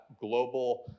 global